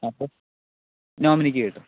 അപ്പോൾ നോമിനിക്ക് കിട്ടും